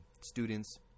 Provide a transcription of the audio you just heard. students